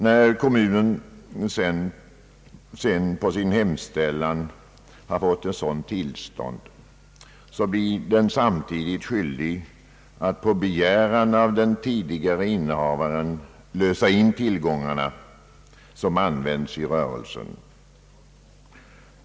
När kommunen sedan på sin hemställan har fått ett sådant tillstånd blir den skyldig att på begäran av den tidigare innehavaren lösa in de tillgångar som har använts i rörelsen.